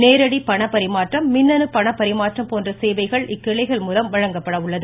நேரடி பண பரிமாற்றம் மின்னணு பணப்பரிமாற்றம் போன்ற சேவைகள் இக்கிளைகள் மூலம் வழங்கப்படுகிறது